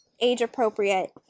age-appropriate